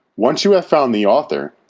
once you have found the author,